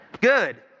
Good